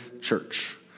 church